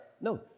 No